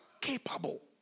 capable